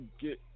get